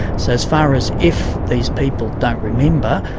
so as far as if these people don't remember,